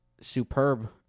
superb